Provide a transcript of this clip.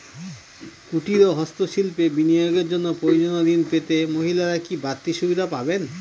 কুটীর ও হস্ত শিল্পে বিনিয়োগের জন্য প্রয়োজনীয় ঋণ পেতে মহিলারা কি বাড়তি সুবিধে পাবেন?